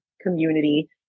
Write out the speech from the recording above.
community